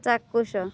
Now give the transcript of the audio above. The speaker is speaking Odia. ଚାକ୍ଷୁଷ